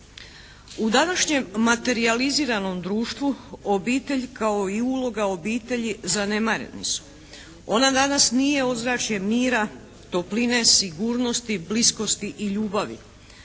U današnjem materijaliziranom društvu obitelj kao i uloga obitelji zanemareni su. Ona danas nije ozračje mira, topline, sigurnosti, bliskosti i ljubavi.